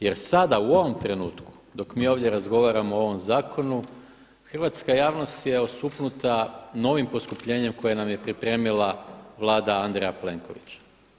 Jer sada u ovom trenutku dok mi ovdje razgovaramo o ovom zakonu hrvatska javnost je osuknuta novim poskupljenjem koje nam je pripremila Vlada Andrija Plenkovića.